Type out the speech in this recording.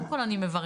קודם כל אני מברכת.